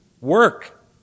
Work